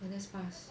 oh that's fast